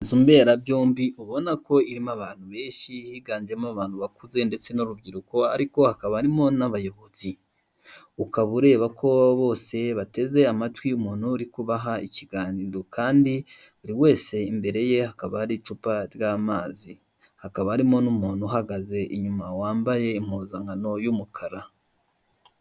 Umuhanda nyabagendwa, bigaragara ko harimo imoto n'umumotari uyitwaye, kandi kumpande zaho hakaba harimo inzu zisaza neza cyane zifite amarange y'umweru, kandi imbere yazo hakaba hagiye hari indabo nziza cyane.